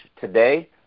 today